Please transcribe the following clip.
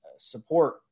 Support